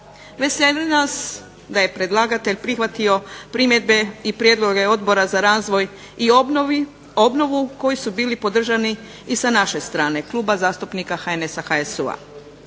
Veseli nas da je predlagatelj prihvatio primjedbe i prijedloga Odbora za razvoj i obnovu koji su bili podržani i sa naše strane Kluba zastupnika HNS-a-HSU-a.